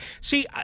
See